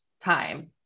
time